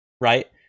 right